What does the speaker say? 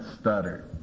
stuttered